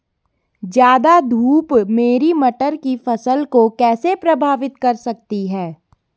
ज़्यादा धूप मेरी मटर की फसल को कैसे प्रभावित कर सकती है?